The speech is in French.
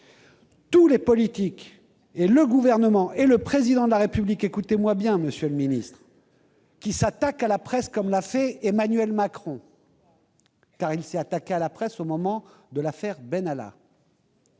tous les politiques, y compris le Gouvernement et le Président de la République ! Écoutez-moi bien, monsieur le ministre : ceux qui s'attaquent à la presse, comme l'a fait Emmanuel Macron, car il s'est bel et bien attaqué à la presse au moment de l'affaire Benalla,